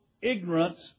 ignorance